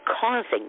causing